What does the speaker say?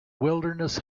wilderness